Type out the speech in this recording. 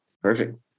Perfect